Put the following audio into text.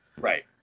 Right